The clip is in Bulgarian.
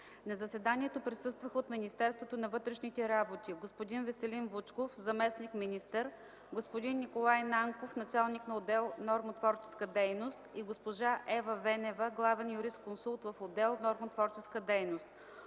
На заседанието присъстваха: от Министерството на вътрешните работи – господин Веселин Вучков, заместник-министър, господин Николай Нанков, началник на отдел „Нормотворческа дейност”, и госпожа Ева Венева, главен юрисконсулт в отдел „Нормотворческа дейност”;